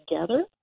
together